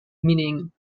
meaning